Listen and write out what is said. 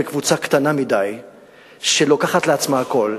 בקבוצה קטנה מדי שלוקחת לעצמה הכול.